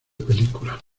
película